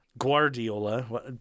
Guardiola